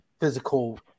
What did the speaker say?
physical